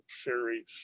series